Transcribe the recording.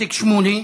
איציק שמולי,